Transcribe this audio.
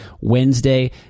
wednesday